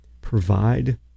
provide